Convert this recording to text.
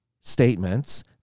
statements